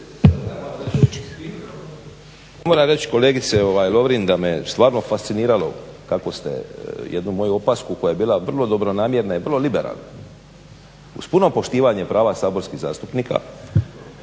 Moram reći kolegice Lovrin da me stvarno fasciniralo kako ste jednu moju opasku koja je bila vrlo dobronamjerna i vrlo liberalna, uz puno poštivanje prava saborskih zastupnika